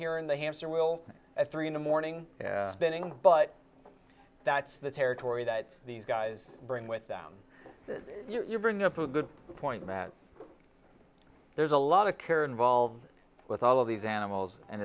here in the hamster wheel at three in the morning spinning but that's the territory that these guys bring with them that you bring up a good point matt there's a lot of care involved with all of these animals and